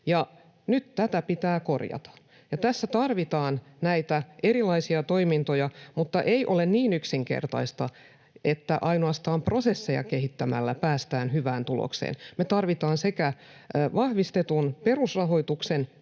nyt tätä pitää korjata. Tässä tarvitaan näitä erilaisia toimintoja, mutta se ei ole niin yksinkertaista, että ainoastaan prosesseja kehittämällä päästään hyvään tulokseen. Me tarvitaan sekä vahvistetun perusrahoituksen